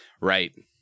Right